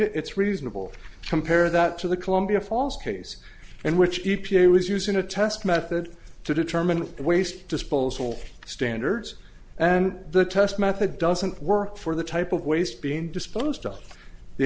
it it's reasonable to compare that to the columbia falls case and which e p a was using a test method to determine the waste disposal standards and the test method doesn't work for the type of waste being disposed of the